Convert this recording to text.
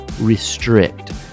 restrict